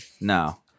no